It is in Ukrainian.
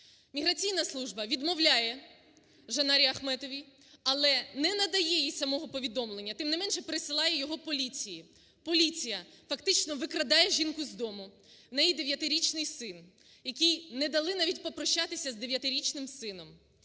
Міграційна служба відмовляє Женарі Ахметовій, але не надає їй самого повідомлення, тим не менше, присилає його поліції. Поліція фактично викрадає жінку з дому, в неї дев'ятирічний син, який... не дали навіть попрощатися з дев'ятирічним сином.